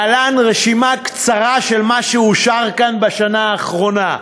להלן רשימה קצרה של מה שאושר כאן בשנה האחרונה.